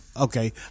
Okay